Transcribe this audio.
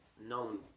known